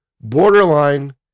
borderline